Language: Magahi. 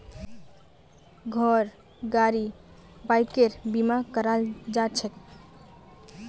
घर गाड़ी बाइकेर बीमा कराल जाछेक